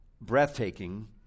breathtaking